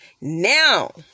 Now